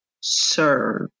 serve